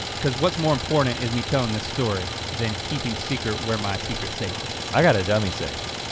cause what's more important is me telling the story than keeping secret where my secret safe is. i got a dummy safe.